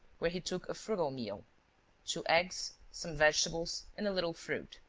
where he took a frugal meal two eggs, some vegetables and a little fruit.